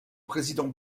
président